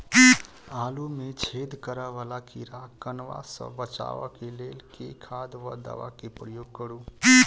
आलु मे छेद करा वला कीड़ा कन्वा सँ बचाब केँ लेल केँ खाद वा दवा केँ प्रयोग करू?